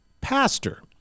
pastor